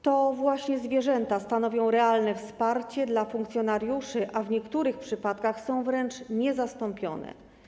To właśnie zwierzęta stanowią realne wsparcie dla funkcjonariuszy, a w niektórych przypadkach są wręcz niezastąpione.